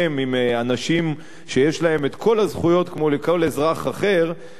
עם אנשים שיש להם כל הזכויות כמו לכל אזרח אחר,